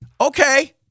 okay